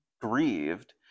grieved